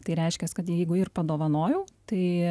tai reiškias kad jeigu jį ir padovanojau tai